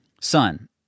Son